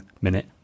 Minute